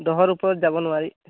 দহৰ ওপৰত যাব নোৱাৰি